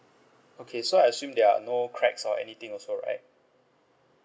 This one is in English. okay so I assume there are no cracks or anything also right